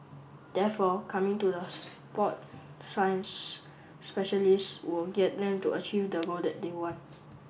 therefore coming to the sport science specialist will get them to achieve the goal that they want